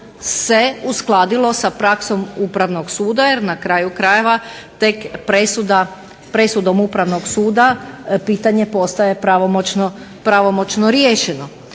se uskladilo sa praksom Upravnog suda jer na kraju krajeva tek presudom Upravnog suda pitanje postaje pravomoćno riješeno.